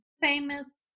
famous